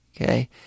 Okay